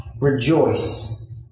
rejoice